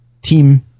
team